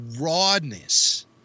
rawness